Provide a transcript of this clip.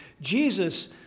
Jesus